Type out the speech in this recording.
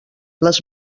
les